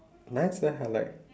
nice leh I like